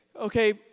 okay